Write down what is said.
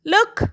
Look